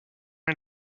est